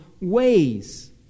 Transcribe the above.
ways